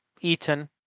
eaten